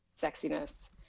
sexiness